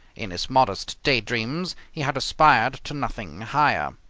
in his modest day dreams he had aspired to nothing higher.